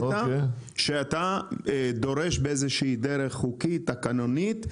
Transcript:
שאתה דורש באיזושהי דרך חוקית תקנונית,